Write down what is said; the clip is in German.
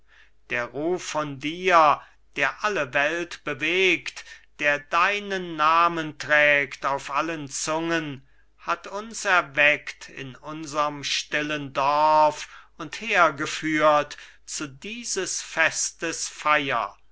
der ruf von dir der alle welt bewegt der deinen namen trägt auf allen zungen hat uns erweckt in unserm stillen dorf und hergeführt zu dieses festes feier